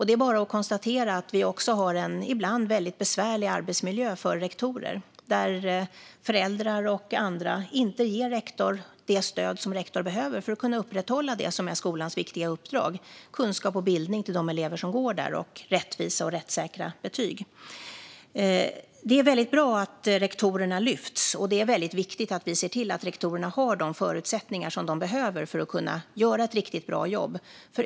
Det är bara att konstatera att vi också har en ibland väldigt besvärlig arbetsmiljö för rektorer, där föräldrar och andra inte ger rektor det stöd som rektor behöver för att kunna upprätthålla det som är skolans viktiga uppdrag: kunskap och bildning till de elever som går där och rättvisa och rättssäkra betyg. Det är väldigt bra att rektorerna lyfts, och det är väldigt viktigt att vi ser till att rektorerna har de förutsättningar som de behöver för att kunna göra ett riktigt bra jobb.